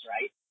right